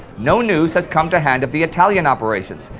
no news has come to hand of the italian operations,